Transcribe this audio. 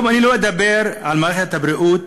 היום אני לא אדבר על מערכת הבריאות,